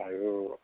আৰু